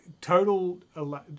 total